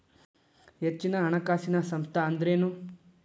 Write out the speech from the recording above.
ಹೆಚ್ಚಿನ ಹಣಕಾಸಿನ ಸಂಸ್ಥಾ ಅಂದ್ರೇನು?